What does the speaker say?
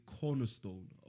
cornerstone